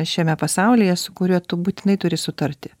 šiame pasaulyje su kuriuo tu būtinai turi sutarti